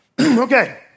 Okay